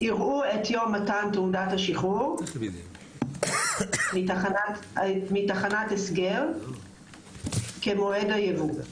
יראו את יום מתן תעודת השחרור מתחנת הסגר כמועד היבוא.